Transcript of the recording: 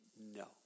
no